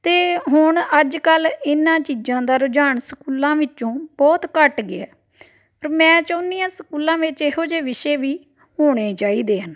ਅਤੇ ਹੁਣ ਅੱਜ ਕੱਲ੍ਹ ਇਹਨਾਂ ਚੀਜ਼ਾਂ ਦਾ ਰੁਝਾਨ ਸਕੂਲਾਂ ਵਿੱਚੋਂ ਬਹੁਤ ਘੱਟ ਗਿਆ ਪਰ ਮੈਂ ਚਾਹੁੰਦੀ ਹਾਂ ਸਕੂਲਾਂ ਵਿੱਚ ਇਹੋ ਜਿਹੇ ਵਿਸ਼ੇ ਵੀ ਹੋਣੇ ਚਾਹੀਦੇ ਹਨ